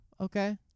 Okay